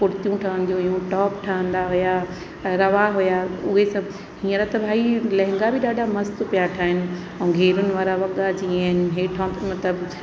कुर्तियूं ठहंदियूं हुयूं टॉप ठहंदा हुआ रहा हुआ उहे सभु हींअर त भई लहंगा बि ॾाढा मस्त पिया ठहनि ऐं घेवन वारा वॻा जीअं आहिनि हेठो मतिलबु